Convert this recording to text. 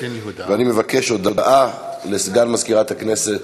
אני מבקש, הודעה לסגן מזכירת הכנסת.